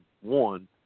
one